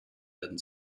werden